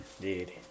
Dude